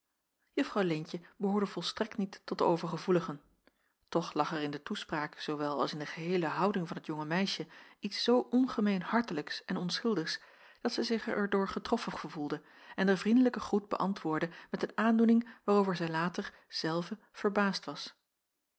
juffrouw leentje behoorde volstrekt niet tot de overgevoeligen toch lag er in de toespraak zoowel als in de geheele houding van het jonge meisje iets zoo ongemeen hartelijks en onschuldigs dat zij zich er door getroffen gevoelde en den vriendelijken groet beäntwoordde met een aandoening waarover zij later zelve verbaasd was